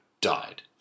died